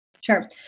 Sure